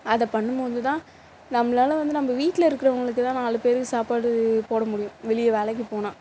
அதை பண்ணும் போது தான் நம்மளால வந்து நம்ம வீட்டில் இருக்கிறவங்களுக்குதான் நாலு பேருக்கு சாப்பாடு போட முடியும் வெளியே வேலைக்கு போனால்